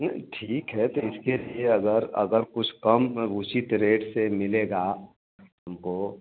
नहीं ठीक है तो इसके लिए अगर अगर कुछ कम में उचित रेट से मिलेगा हमको